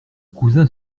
cousins